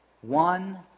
One